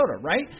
right